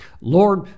Lord